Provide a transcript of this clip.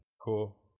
Cool